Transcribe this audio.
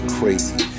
crazy